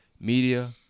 media